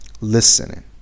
Listening